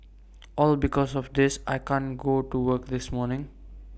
all because of this I can't go to work this morning